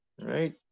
right